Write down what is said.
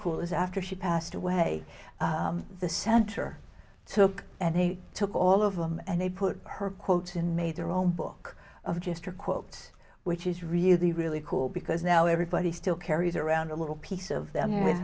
cool is after she passed away the center took and he took all of them and they put her quote and made their own book of just her quotes which is really really cool because now everybody still carries around a little piece of them h